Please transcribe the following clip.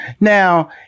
now